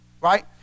right